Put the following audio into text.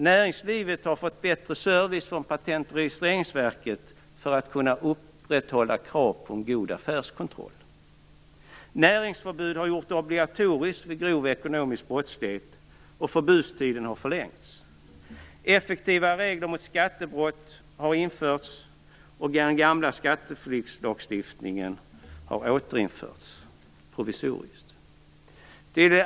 Näringslivet har fått bättre service från Patent och registreringsverket för att kunna upprätthålla kraven på en god affärskontroll. Näringsförbud har gjorts obligatoriskt vid grov ekonomisk brottslighet och förbudstiden har förlängts. Effektiva regler mot skattebrott har införts och den gamla skatteflyktslagstiftningen har återinförts provisoriskt.